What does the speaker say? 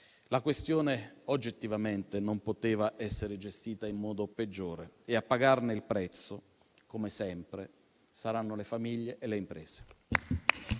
La questione, oggettivamente, non poteva essere gestita in modo peggiore e a pagarne il prezzo, come sempre, saranno le famiglie e le imprese.